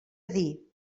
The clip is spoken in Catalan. dir